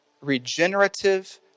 regenerative